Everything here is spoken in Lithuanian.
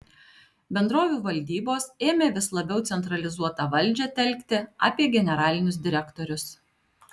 bendrovių valdybos ėmė vis labiau centralizuotą valdžią telkti apie generalinius direktorius